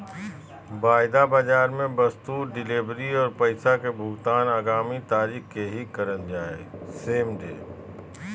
वायदा बाजार मे वस्तु डिलीवरी आर पैसा के भुगतान आगामी तारीख के ही करल जा हय